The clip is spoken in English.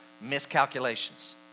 miscalculations